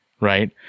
right